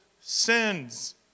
sins